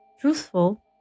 truthful